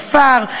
בכפר,